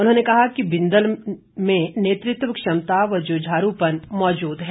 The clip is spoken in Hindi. उन्होंने कहा कि बिंदल में नेतृत्व क्षमता व जुझारूपन मौजूद है